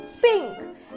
pink